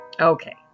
Okay